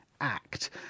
act